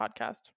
podcast